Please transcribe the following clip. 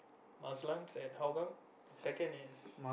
at Hougang second is